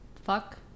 Fuck